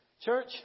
Church